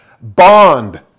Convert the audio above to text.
bond